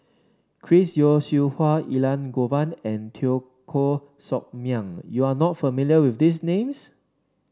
Chris Yeo Siew Hua Elangovan and Teo Koh Sock Miang you are not familiar with these names